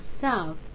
south